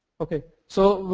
okay. so,